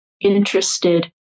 interested